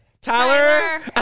tyler